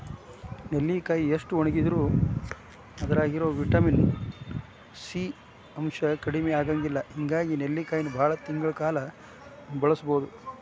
ನೆಲ್ಲಿಕಾಯಿ ಎಷ್ಟ ಒಣಗಿದರೂ ಅದ್ರಾಗಿರೋ ವಿಟಮಿನ್ ಸಿ ಅಂಶ ಕಡಿಮಿ ಆಗಂಗಿಲ್ಲ ಹಿಂಗಾಗಿ ನೆಲ್ಲಿಕಾಯಿನ ಬಾಳ ತಿಂಗಳ ಕಾಲ ಬಳಸಬೋದು